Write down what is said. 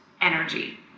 energy